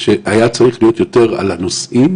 שהיה צריך להיות יותר על הנושאים